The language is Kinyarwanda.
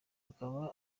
akaba